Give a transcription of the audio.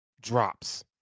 Drops